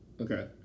Okay